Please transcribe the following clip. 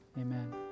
Amen